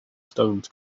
stones